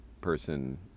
person